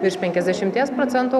virš penkiasdešimties procentų